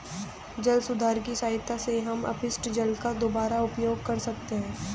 जल सुधार की सहायता से हम अपशिष्ट जल का दुबारा उपयोग कर सकते हैं